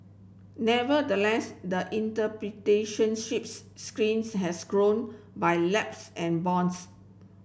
nevertheless the has grown by lapse and bounds